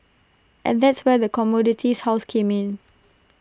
and that's where the commodities houses came in